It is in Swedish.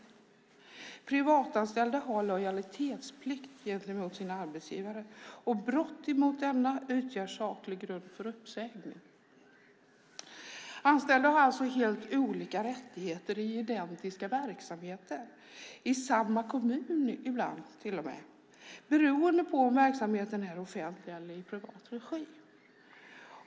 Privatanställda har lojalitetsplikt gentemot sina arbetsgivare, och brott mot denna utgör saklig grund för uppsägning. Anställda har alltså helt olika rättigheter i identiska verksamheter, ibland till och med i samma kommun, beroende på om verksamheten är i offentlig eller privat regi.